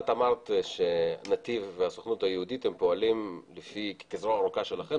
את אמרת שנתיב והסוכנות היהודית פועלים כזרוע ארוכה שלכם,